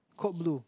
Code Blue